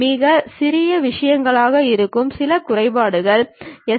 மிகச் சிறிய விஷயங்களாக இருக்கும் சில குறைபாடுகள் எஸ்